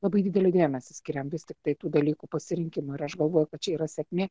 labai didelį dėmesį skiriam vis tiktai tų dalykų pasirinkimui ir aš galvoju kad čia yra sėkmė